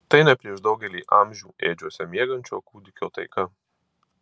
tai ne prieš daugelį amžių ėdžiose miegančio kūdikio taika